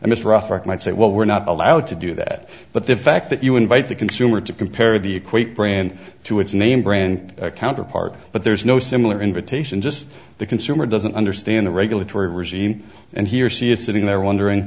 this roughneck might say well we're not allowed to do that but the fact that you invite the consumer to compare the equate brand to its name brand counterpart but there's no similar invitation just the consumer doesn't understand the regulatory regime and he or she is sitting there wondering